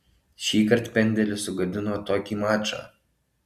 šįkart pendelis sugadino tokį mačą